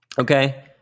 okay